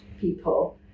people